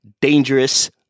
dangerous